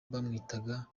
bamwitaga